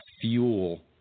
fuel